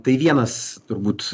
tai vienas turbūt